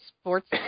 sports